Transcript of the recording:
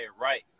right